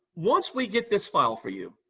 once we get this file for you,